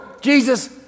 Jesus